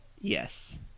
Yes